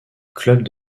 club